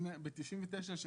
לא לשנות את ההצעה